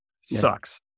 sucks